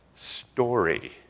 story